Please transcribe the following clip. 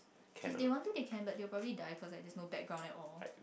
if they want to they can but they will probably die cause like there's no background at all